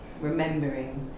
remembering